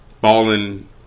fallen